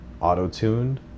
auto-tuned